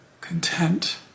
content